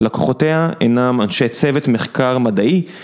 לקוחותיה אינם אנשי צוות מחקר מדעי